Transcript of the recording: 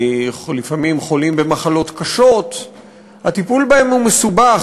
לפעמים חולים במחלות קשות הטיפול בהם הוא מסובך,